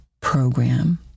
Program